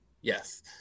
Yes